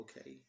okay